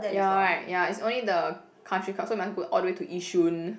ya right ya it's only the country club so must go all the way to Yishun